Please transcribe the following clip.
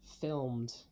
filmed